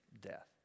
death